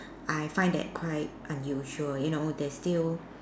I find that quite unusual you know they still